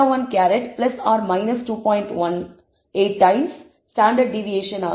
18 times standard deviation ஆகும்